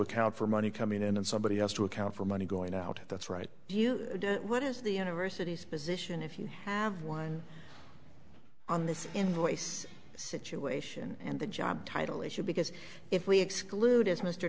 account for money coming in and somebody has to account for money going out that's right you know what is the university's position if you have one on this invoice situation and the job title issue because if we exclude as mr